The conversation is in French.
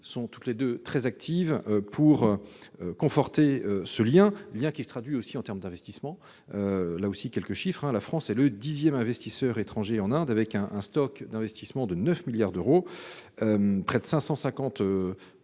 sont toutes deux très actives pour conforter ce lien, qui se traduit aussi en termes d'investissements. En effet, la France est le dixième investisseur étranger en Inde, avec un stock d'investissements de 9 milliards d'euros ; près de 550